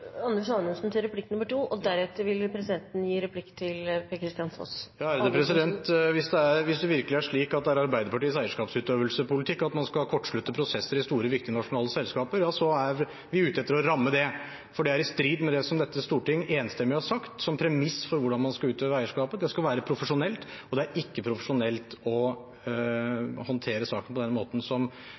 Hvis det virkelig er slik at det er i Arbeiderpartiets eierskapsutøvelsespolitikk at man skal kortslutte prosesser i store, viktige nasjonale selskaper, er vi ute etter å ramme det, for det er i strid med det som dette storting enstemmig har satt som premiss for hvordan man skal utøve eierskapet. Det skal være profesjonelt, og det er ikke profesjonelt å håndtere saken på den måten